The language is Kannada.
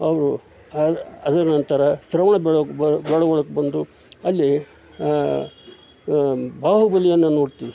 ಅವು ಅದನಂತರ ಶ್ರವಣ ಬೆಳಗೊಳಕ್ಕೆ ಬಂದು ಅಲ್ಲಿ ಬಾಹುಬಲಿಯನ್ನು ನೋಡ್ತೀವಿ